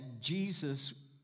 Jesus